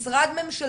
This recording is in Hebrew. משרד ממשלתי,